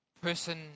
person